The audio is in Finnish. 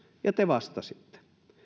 ja te vastasitte